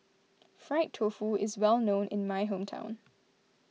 Fried Tofu is well known in my hometown